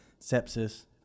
sepsis